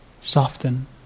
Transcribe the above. soften